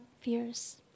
fears